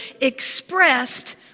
expressed